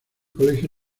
colegio